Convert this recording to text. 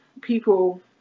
people